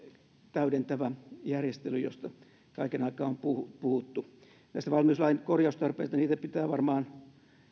täydentävä järjestely josta kaiken aikaa on puhuttu näistä valmiuslain korjaustarpeista niitä pitää varmaan